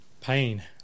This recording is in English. Pain